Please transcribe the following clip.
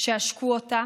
שעשקו אותה,